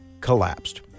collapsed